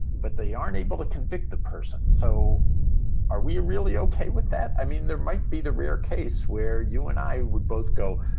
but they aren't able to convict the person. so are we really ok with that? i mean, there might be the rare case where you and i would both go.